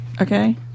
Okay